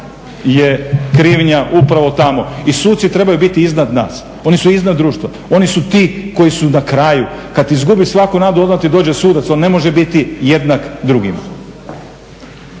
je krivnja upravo tamo. I suci trebaju biti iznad nas. Oni su iznad društva, oni su ti koji su na kraju. Kada izgubi svaku nadu onda ti dođe sudac, on ne može biti jednak drugima.